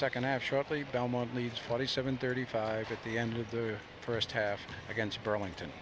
second ashot the belmont leads forty seven thirty five at the end of the first half against burlington